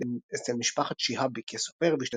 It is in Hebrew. עבד אצל משפחת שיהאבי כסופר,